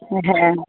হ্যাঁ